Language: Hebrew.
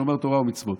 שומר תורה ומצוות,